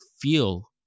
feel